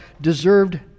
deserved